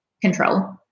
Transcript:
control